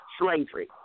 slavery